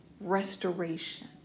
restoration